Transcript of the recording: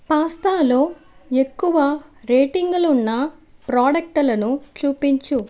పాస్తాలో ఎక్కువ రేటింగ్లున్న ప్రొడక్టలను చూపించు